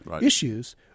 issues